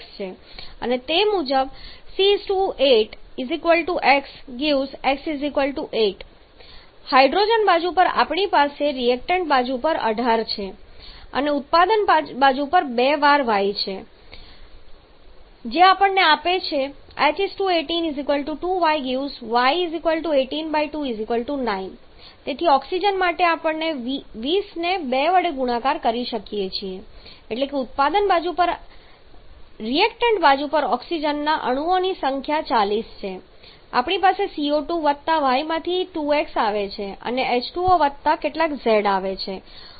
તેથી તે મુજબ આપણી પાસે C 8 x 🡺 x 8 હાઇડ્રોજન બાજુ માટે આપણી પાસે રિએક્ટન્ટ બાજુ પર 18 છે અને ઉત્પાદન બાજુ પર બે વાર y છે જે આપણને આપે છે H 18 2y 🡺 y 182 9 તેથી ઓક્સિજન માટે આપણે 20 ને 2 વડે ગુણાકાર કરીએ છીએ એટલે કે ઉત્પાદન બાજુ પર રિએક્ટન્ટ બાજુ પર ઓક્સિજનના અણુઓની સંખ્યા 40 છે આપણી પાસે CO2 વત્તા y માંથી 2x આવે છે અને H2O વત્તા કેટલાક z આવે છે